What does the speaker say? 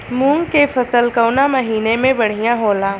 मुँग के फसल कउना महिना में बढ़ियां होला?